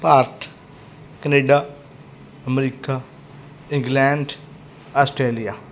Bharat Canada America England Australia